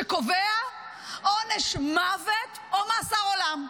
שקובע עונש מוות או מאסר עולם.